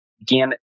again